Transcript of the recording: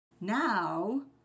Now